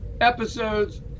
episodes